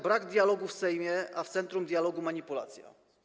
Brak dialogu w Sejmie, a w centrum dialogu - manipulacja.